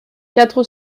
quatre